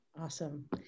Awesome